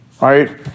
Right